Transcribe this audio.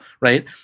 right